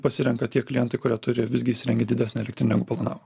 pasirenka tie klientai kurie turi visgi įsirengę didesnę elektrinę negu planavo